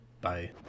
bye